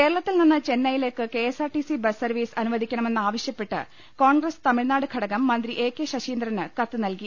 കേരളത്തിൽ നിന്ന് ചെന്നൈയിലേക്ക് കെഎസ്ആർടിസി ബസ് സർവ്വീസ് അനുവദിക്കണമെന്ന് ആവശ്യപ്പെട്ട് കോൺഗ്രസ് തമിഴ്നാട് ഘടകം മന്ത്രി എ കെ ശശീന്ദ്രന് കത്ത് നൽകി